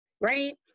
right